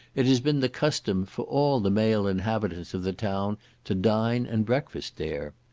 it has been the custom for all the male inhabitants of the town to dine and breakfast there.